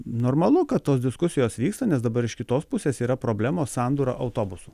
normalu kad tos diskusijos vyksta nes dabar iš kitos pusės yra problemos sandūra autobusu